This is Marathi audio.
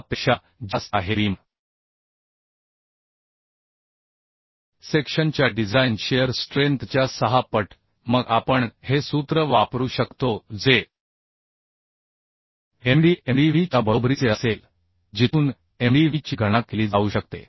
6 पेक्षा जास्त आहे बीम सेक्शनच्या डिझाइन शिअर स्ट्रेंथच्या 6 पट मग आपण हे सूत्र वापरू शकतो जे Md MdVच्या बरोबरीचे असेल जिथून MdV ची गणना केली जाऊ शकते